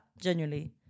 genuinely